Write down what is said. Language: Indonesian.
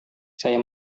saya